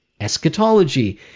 eschatology